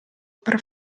per